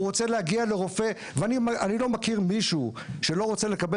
הוא רוצה להגיע לרופא ואני לא מכיר מישהו שלא רוצה לקבל